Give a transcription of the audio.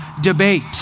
debate